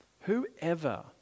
Whoever